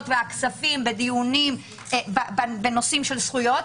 והכספים בדיונים בנושאים של זכויות,